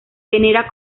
venera